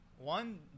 one